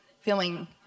feeling